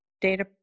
data